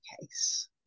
case